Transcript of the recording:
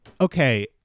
Okay